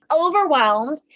overwhelmed